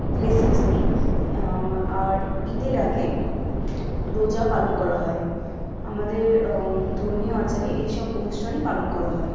blessings নিই আর ঈদের আগে রোজা পালন করা হয় আমাদের ধর্মীয় আচারে এই সব অনুষ্ঠানই পালন করা হয়